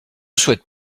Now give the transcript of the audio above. souhaite